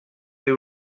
they